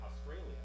Australia